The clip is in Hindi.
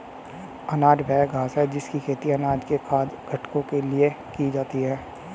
अनाज वह घास है जिसकी खेती अनाज के खाद्य घटकों के लिए की जाती है